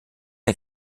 der